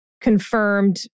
confirmed